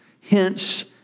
Hence